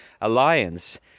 alliance